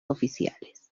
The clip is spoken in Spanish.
oficiales